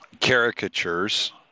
caricatures